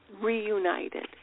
reunited